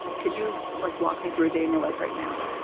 could you like walk me through a day in your life right now?